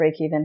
breakeven